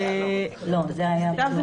זה היה באוקטובר.